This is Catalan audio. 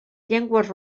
llengües